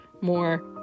more